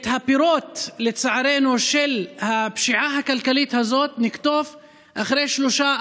את הפירות של הפשיעה הכלכלית הזאת לצערנו נקטוף אחרי שלושה,